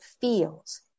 feels